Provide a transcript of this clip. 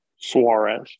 Suarez